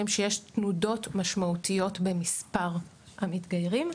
שיש תנודות משמעותיות במספר המתגיירים,